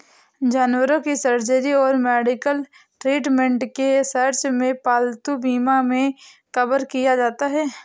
जानवरों की सर्जरी और मेडिकल ट्रीटमेंट के सर्च में पालतू बीमा मे कवर किया जाता है